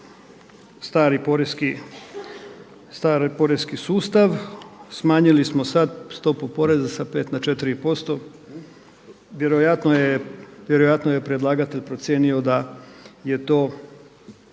stari porezni sustav, smanjili smo sada stopu poreza sa 5 na 4%. Vjerojatno je predlagatelj procijenio da je to,